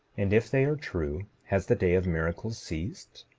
and if they are true has the day of miracles ceased?